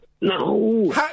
No